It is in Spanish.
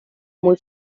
muy